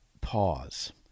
Pause